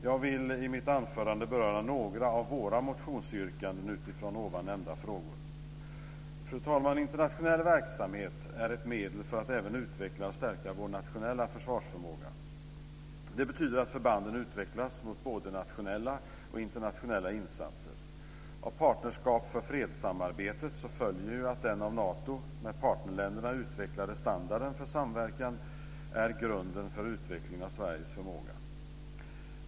Jag vill i mitt anförande beröra några av våra motionsyrkanden utifrån ovan nämnda frågor. Fru talman! Internationell verksamhet är ett medel för att även utveckla och stärka vår nationella försvarsförmåga. Det betyder att förbanden utvecklas mot både nationella och internationella insatser. Av Partnerskap för fred-samarbetet följer att den av Nato med partnerländerna utvecklade standarden för samverkan är grunden för utvecklingen av Sveriges förmåga.